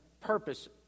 purpose